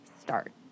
start